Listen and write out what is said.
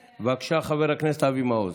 בבקשה, חבר הכנסת אבי מעוז.